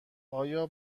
آیا